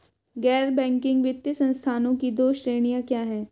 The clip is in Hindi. गैर बैंकिंग वित्तीय संस्थानों की दो श्रेणियाँ क्या हैं?